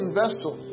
vessel